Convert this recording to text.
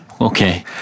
okay